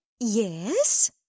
Yes